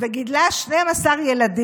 היא גידלה 12 ילדים,